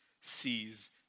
sees